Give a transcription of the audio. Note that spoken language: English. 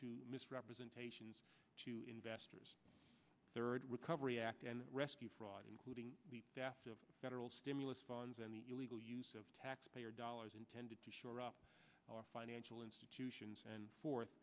misrepresentations to investors third recovery act and rescue fraud including the death of federal stimulus funds and the illegal use of taxpayer dollars intended to shore up our financial institutions and forth